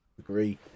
agree